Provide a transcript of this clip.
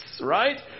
right